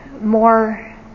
more